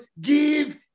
give